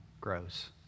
grows